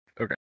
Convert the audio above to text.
Okay